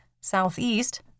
southeast